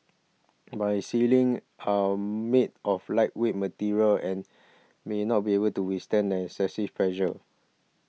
but ceilings are made of lightweight materials and may not be able to withstand as excessive pressure